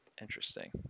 Interesting